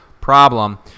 problem